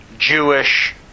Jewish